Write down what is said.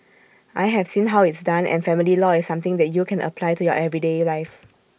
I have seen how it's done and family law is something that you can apply to your everyday life